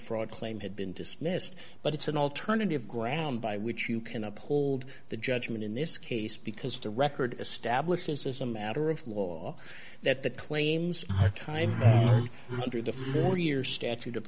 fraud claim had been dismissed but it's an alternative ground by which you can uphold the judgment in this case because the record establishes as a matter of law that the claims time hundreds of the warrior statute of